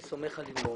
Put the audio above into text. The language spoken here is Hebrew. אני סומך על לימור.